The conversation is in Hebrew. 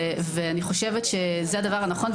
ואני חושבת שזה הדבר הנכון,